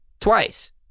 twice